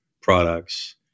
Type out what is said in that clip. products